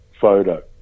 photo